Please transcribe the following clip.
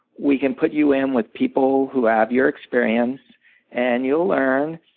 we can put you in with people who have your experience and you'll learn,